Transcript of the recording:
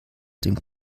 dem